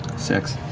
six.